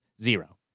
Zero